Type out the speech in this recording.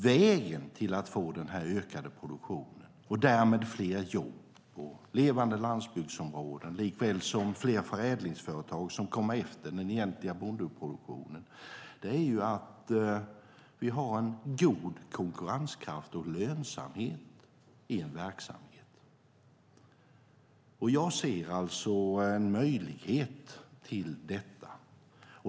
Vägen till att få den ökade produktionen och därmed fler jobb, levande landsbygdsområden och fler förädlingsföretag som kommer efter den egentliga bondeproduktionen är att vi har en god konkurrenskraft och lönsamhet i en verksamhet. Jag ser alltså en möjlighet till detta.